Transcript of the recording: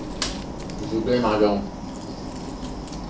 we should play mahjong